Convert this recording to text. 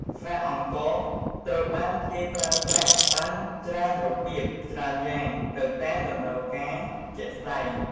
ស្រាអង្ករត្រូវបានគេប្រើប្រាស់បានច្រើនរបៀបច្រើនយ៉ាងទៅតាមតម្រូវការជាក់ស្ដែង។